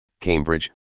Cambridge